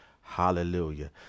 Hallelujah